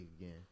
again